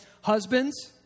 Husbands